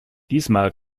diesmal